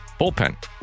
bullpen